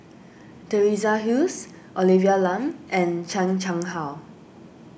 Teresa Hsu Olivia Lum and Chan Chang How